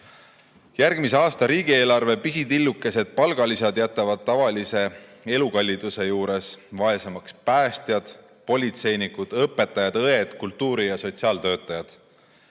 aasta riigieelarve pisitillukesed palgalisad jätavad tavalise elukalliduse juures vaesemaks päästjad, politseinikud, õpetajad, õed, kultuuri- ja sotsiaaltöötajad.